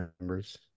members